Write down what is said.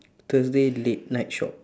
thursday late night shop